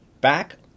Back